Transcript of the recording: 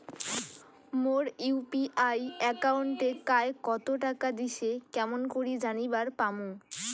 মোর UPI একাউন্টে কায় কতো টাকা দিসে কেমন করে জানিবার পামু?